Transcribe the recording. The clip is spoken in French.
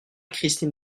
christine